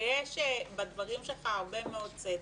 שיש בדברים שלך הרבה מאוד צדק.